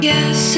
Yes